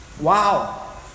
Wow